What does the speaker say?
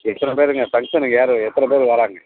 எத்தனைப் பேருங்க ஃபங்க்ஷனுக்கு யார் எத்தனைப் பேர் வராங்க